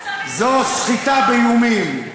זו סחיטה באיומים.